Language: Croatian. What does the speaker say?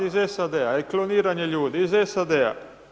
Iz SAD-a i kloniranje ljudi iz SAD-a.